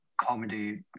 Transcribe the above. comedy